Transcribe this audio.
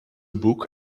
book